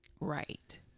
Right